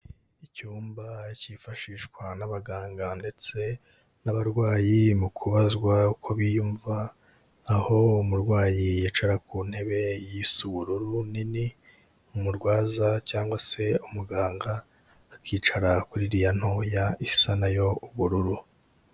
Icyumba cyifashishwa n'abaganga ndetse n'abarwayi mu kubazwa uko biyumva, aho umurwayi yicara ku ntebe isa ubururu nini, umurwaza cyangwa se umuganga akicara kuri iriya ntoya isa nayo ubururu.